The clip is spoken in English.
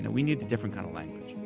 and we need a different kind of language.